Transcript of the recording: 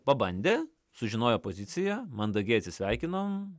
pabandė sužinojo poziciją mandagiai atsisveikinom